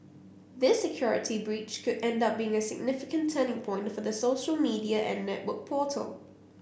this security breach could end up being a significant turning point for the social media and network portal